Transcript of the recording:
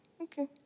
okay